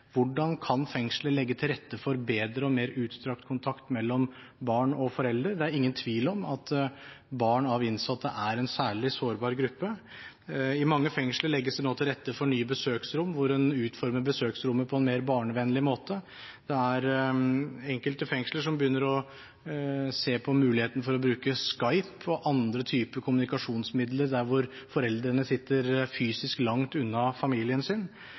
Hvordan kan fengslet legge til rette for bedre og mer utstrakt kontakt mellom barn og foreldre? Det er ingen tvil om at barn av innsatte er en særlig sårbar gruppe. I mange fengsler legges det nå til rette for nye besøksrom som man utformer på en mer barnevennlig måte. Enkelte fengsler – der hvor foreldre sitter fysisk langt unna familien sin – begynner å se på muligheten for å bruke Skype og andre typer kommunikasjonsmidler.